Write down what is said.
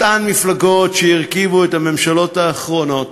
אותן מפלגות שהרכיבו את הממשלות האחרונות,